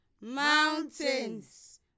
mountains